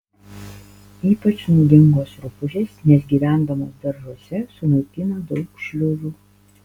ypač naudingos rupūžės nes gyvendamos daržuose sunaikina daug šliužų